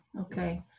okay